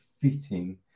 fitting